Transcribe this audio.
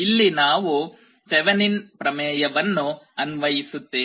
ಇಲ್ಲಿ ನಾವು ತೆವೆನಿನ್ ಪ್ರಮೇಯವನ್ನುThevenin's theorem ಅನ್ವಯಿಸುತ್ತೇವೆ